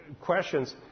questions